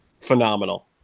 phenomenal